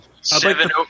Seven